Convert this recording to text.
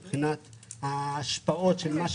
מבחינת ההשפעות של מה שקורה,